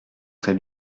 très